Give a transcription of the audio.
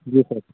जी sir